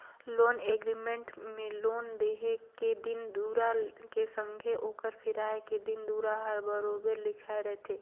loan agreement में loan देहे के दिन दुरा के संघे ओकर फिराए के दिन दुरा हर बरोबेर लिखाए रहथे